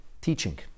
teaching